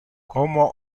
como